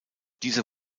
dieser